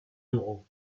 taureau